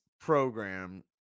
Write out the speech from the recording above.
program